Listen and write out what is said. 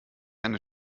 eine